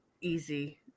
easy